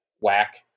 whack